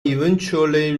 eventually